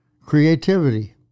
Creativity